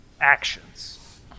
actions